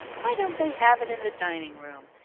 why don't they have it in the dining-room?